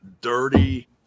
Dirty